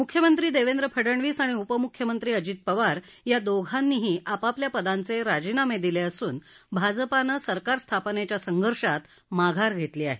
म्ख्यमंत्री देवेंद्र फडणवीस आणि उपम्ख्यमंत्री अजित पवार या दोघांनीही आपापल्या पदांचे राजीनामे दिले असून भाजपानं सरकार स्थापनेच्या संघर्षात माघार घेतली आहे